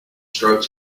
strokes